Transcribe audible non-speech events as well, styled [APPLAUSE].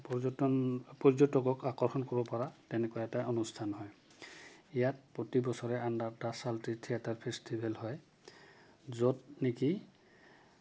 পৰ্যটন পৰ্যটকক আকৰ্ষণ কৰিব পৰা তেনেকুৱা এটা অনুষ্ঠান হয় ইয়াত প্ৰতি বছৰে [UNINTELLIGIBLE] থিয়েটাৰ ফেষ্টিভেল হয় য'ত নেকি